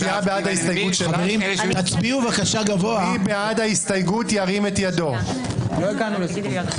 הצבעה מס' 3 בעד ההסתייגות 4 נגד,